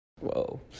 whoa